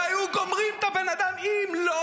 והיו גומרים את הבן אדם -- היו יורים בו.